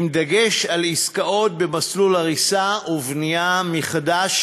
עם דגש על עסקאות במסלול הריסה ובנייה מחדש.